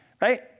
right